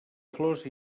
flors